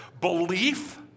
Belief